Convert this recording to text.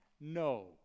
No